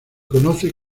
conoce